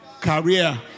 career